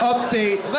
Update